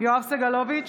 יואב סגלוביץ'